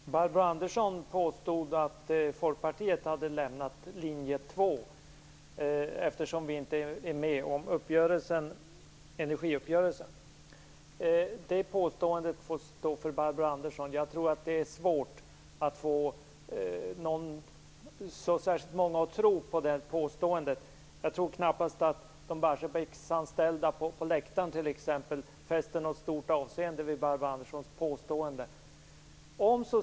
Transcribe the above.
Fru talman! Barbro Andersson påstod att Folkpartiet hade lämnat linje 2 eftersom vi inte är med om energiuppgörelsen. Det påståendet får stå för Barbro Andersson. Det är nog svårt att få särskilt många att tro på det påståendet. Jag tror knappast att t.ex. de barsebäcksanställda här på läktaren fäster något stort avseende vid Barbro Anderssons påstående.